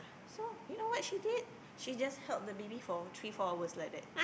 so you know what she did she just held the baby for three four hours like that